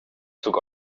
zog